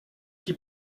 qui